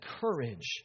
courage